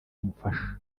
amufasha